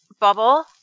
bubble